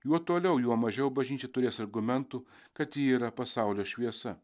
juo toliau juo mažiau bažnyčia turės argumentų kad ji yra pasaulio šviesa